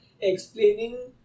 explaining